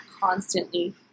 constantly